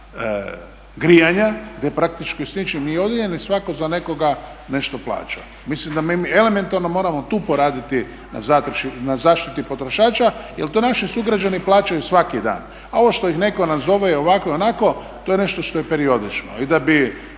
grijanja gdje praktički s ničim nije odijeljen i svako za nekoga nešto plaća. Mislim da elementarno moramo tu poraditi na zaštiti potrošača jer to naši sugrađani plaćaju svaki dan. A ovo što ih netko nazove ovako i onako toje nešto što je periodično.